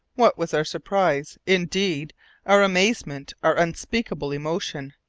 what was our surprise, indeed our amazement, our unspeakable emotion,